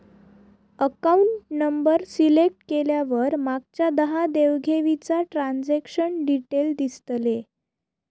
account number select केल्यावर मागच्या दहा देव घेवीचा ट्रांजॅक्शन डिटेल दिसतले